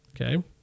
okay